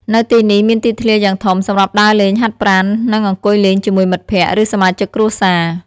នៅទីនេះមានទីធ្លាយ៉ាងធំ សម្រាប់ដើរលេង ហាត់ប្រាណ និងអង្គុយលេងជាមួយមិត្តភក្តិ ឬសមាជិកគ្រួសារ។